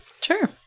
Sure